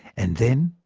and then,